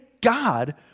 God